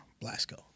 Blasco